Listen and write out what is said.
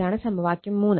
ഇതാണ് സമവാക്യം 3